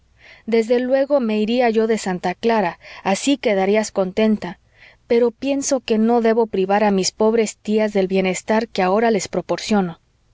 desde luego me iría yo de santa clara así quedarías contenta pero pienso que no debo privar a mis pobres tías del bienestar que ahora les proporciono